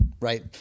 right